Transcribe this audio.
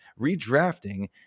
redrafting